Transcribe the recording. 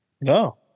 No